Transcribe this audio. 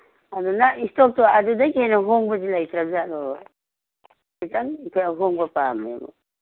ꯑꯗꯨ ꯅꯪ ꯏꯁꯇꯣꯞꯇꯨ ꯑꯗꯨꯗꯒꯤ ꯍꯦꯟꯅ ꯍꯣꯡꯕꯗꯤ ꯂꯩꯇ꯭ꯔꯕ ꯖꯥꯠꯂꯣ ꯈꯤꯇꯪ ꯑꯩꯈꯣꯏ ꯑꯍꯣꯡꯕ ꯄꯥꯝꯃꯦ